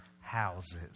houses